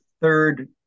third